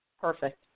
Perfect